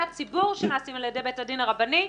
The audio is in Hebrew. הציבור שנעשים על ידי בית הדין הרבני.